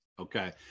Okay